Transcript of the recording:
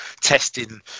testing